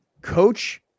coach